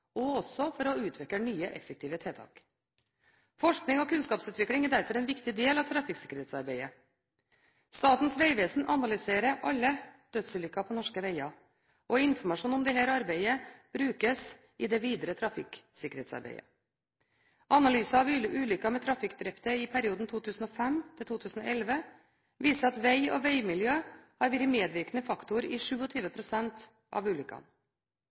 og også for å utvikle nye, effektive tiltak. Forskning og kunnskapsutvikling er derfor en viktig del av trafikksikkerhetsarbeidet. Statens vegvesen analyserer alle dødsulykker på norske veger, og informasjon om dette arbeidet brukes i det videre trafikksikkerhetsarbeidet. Analyser av ulykker med trafikkdrepte i perioden 2005–2011 viser at veg og vegmiljø har vært medvirkende faktor i 27 pst. av ulykkene.